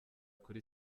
kuri